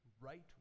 right